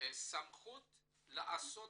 סמכות לעשות